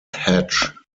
hatch